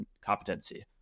competency